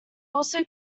also